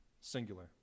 singular